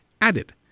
added